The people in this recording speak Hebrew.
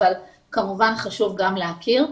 אבל כמובן חשוב גם להכיר.